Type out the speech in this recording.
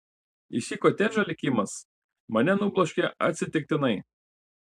į šį kotedžą likimas mane nubloškė atsitiktinai